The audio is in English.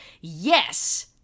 Yes